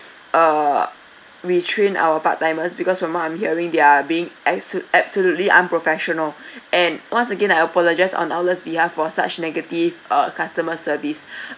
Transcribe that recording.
uh retrain our part timers because from what I'm hearing they are being absu~ absolutely unprofessional and once again I apologise on the outlet's behalf for a such negative uh customer service